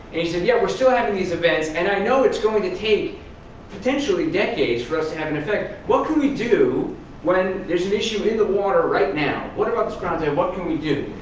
he said, yes, we're still having these events and i know it's going to take potentially decades for us to have an affect, what can we do when there's an issue in the water right now, what about this project, what can we do?